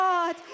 God